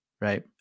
Right